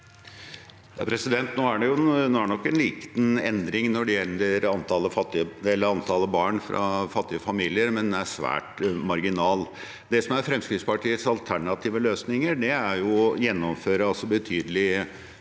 Det er nok en liten endring når det gjelder antallet barn fra fattige familier, men den er svært marginal. Det som er Fremskrittspartiets alternative løsninger, er å gjennomføre betydelige